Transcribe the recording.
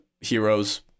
heroes